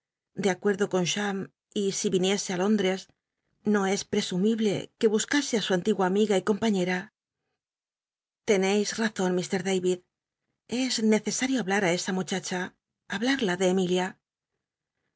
de acuerdo con chnm y si viniese á lóndres no es wesumiblc que buscase ri su antigua amiga y r ompañera l'eneis razon ih darid es necesario habla ú esa muchacha hablarla de emilia